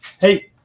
hey